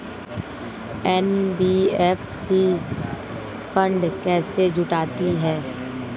NBFC fund कैसे जुटाती है?